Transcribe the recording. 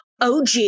OG